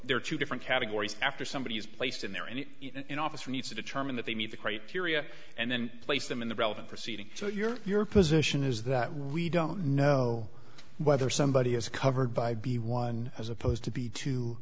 there two different categories after somebody is placed in there and in office we need to determine that they meet the criteria and then place them in the relevant proceeding so your position is that we don't know whether somebody is covered by b one as opposed to be t